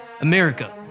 America